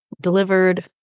delivered